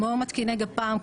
כמו מתקיני גפ"מ,